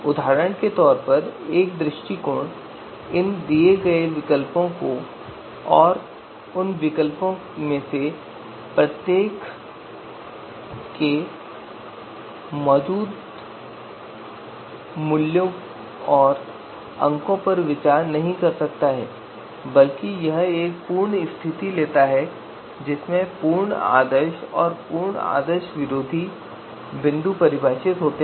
उदाहरण के लिए एक दृष्टिकोण इन दिए गए विकल्पों और उन विकल्पों में से प्रत्येक के लिए मौजूद मूल्यों और अंकों पर विचार नहीं कर सकता है बल्कि एक पूर्ण स्थिति लेता है जिसमें पूर्ण आदर्श और पूर्ण आदर्श विरोधी बिंदु परिभाषित होते हैं